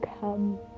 come